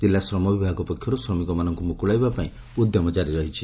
ଜିଲ୍ଲ ଶ୍ରମବିଭାଗ ପକ୍ଷରୁ ଶ୍ରମିକମାନଙ୍କୁ ମୁକୁଳାଇବା ପାଇଁ ଉଦ୍ୟମ ଜାରି ରହିଛି